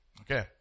Okay